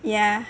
yeah